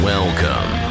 Welcome